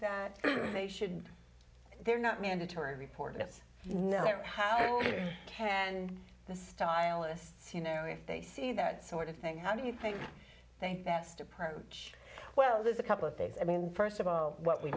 that they should they're not mandatory reporting is how can the stylists you know if they see that sort of thing how do you think they best approach well there's a couple of days i mean first of all what we